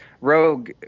Rogue